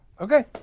Okay